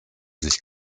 sich